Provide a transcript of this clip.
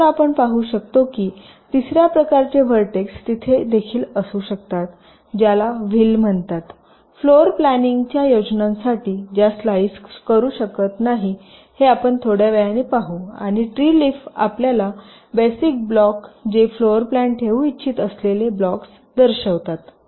नंतर आपण पाहु शकतो की तिसर्या प्रकारचे व्हर्टेक्स तिथे देखील असू शकतातज्याला व्हील म्हणतात फ्लोर प्लॅनिंग च्या योजनांसाठी ज्या स्लाइस शकत नाहीत हे आपण थोड्या वेळाने पाहू आणि ट्री लीफ आपल्याला बेसिक ब्लॉक जे फ्लोर प्लॅन ठेवू इच्छित असलेले ब्लॉक्स दर्शवितात